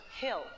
hill